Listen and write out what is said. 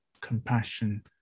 compassion